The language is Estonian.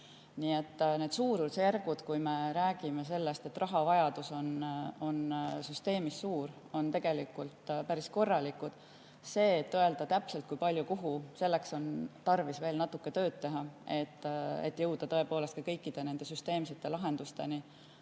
et suurusjärgud, kui me räägime sellest, et rahavajadus on süsteemis suur, on tegelikult päris korralikud. Öelda täpselt, kui palju ja kuhu – selleks on tarvis veel natuke tööd teha, et jõuda tõepoolest ka kõikide nende süsteemsete lahendusteni. Aga